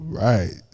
right